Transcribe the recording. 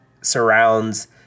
surrounds